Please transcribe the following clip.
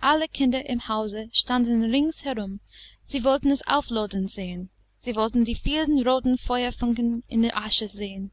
alle kinder im hause standen rings herum sie wollten es auflodern sehen sie wollten die vielen roten feuerfunken in der asche sehen